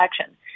action